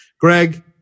Greg